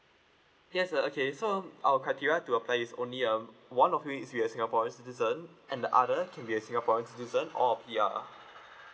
yes uh okay so um our criteria to apply is only um one of you is a singaporean citizen and the other can be a singaporen citizen or a P_R